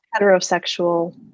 heterosexual